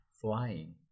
flying